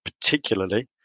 particularly